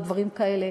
או דברים כאלה.